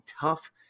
tough